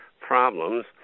problems